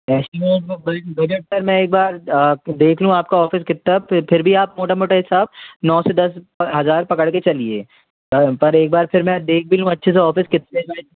estimate budget sir मैं एक बार देख लूँ आपका ऑफिस कितना है फिर भी आप मोटा मोटा हिसाब नौ से दस हज़ार पकड़ कर चलिए पर एक बार फिर मैं देख भी लूँ अच्छे से ऑफ़िस कितने बाय